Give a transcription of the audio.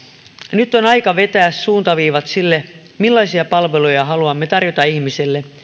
nyt on aika vetää suuntaviivat sille millaisia palveluja haluamme tarjota ihmisille